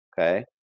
okay